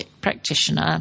practitioner